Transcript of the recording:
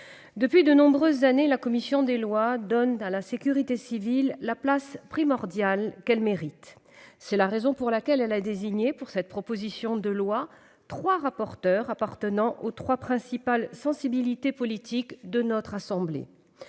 depuis de nombreuses années, la commission des lois donne à la sécurité civile la place primordiale qu'elle mérite. C'est la raison pour laquelle elle a désigné, pour cette proposition de loi, trois rapporteurs appartenant aux trois principales sensibilités politiques de notre assemblée.